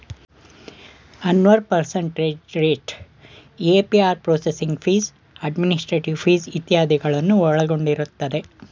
Anwar percentage rate, APR processing fees, administrative fees ಇತ್ಯಾದಿಗಳನ್ನು ಒಳಗೊಂಡಿರುತ್ತದೆ